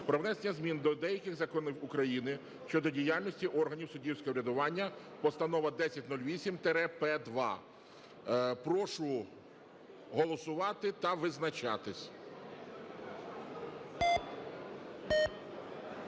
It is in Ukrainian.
про внесення змін до деяких законів України щодо діяльності органів суддівського врядування (Постанова 1008-П2). Прошу голосувати та визначатись.